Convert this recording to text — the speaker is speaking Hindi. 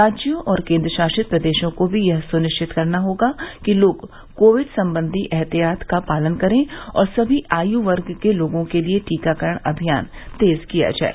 राज्यों और केन्द्रशासित प्रदेशों को यह भी सुनिश्चित करना होगा कि लोग कोविड सम्बंधी एहतियातों का पालन करें और समी आयु वर्ग के लोगों के लिए टीकाकरण अमियान तेज किया जाए